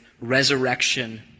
resurrection